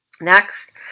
Next